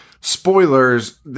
spoilers